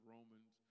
Romans